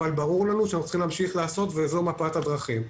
אבל ברור לנו שאנחנו צריכים להמשיך לעשות וזו מפת הדרכים.